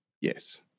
Yes